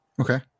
okay